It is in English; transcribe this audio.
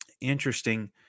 interesting